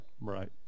right